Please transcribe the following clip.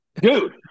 Dude